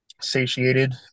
satiated